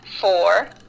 four